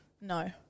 No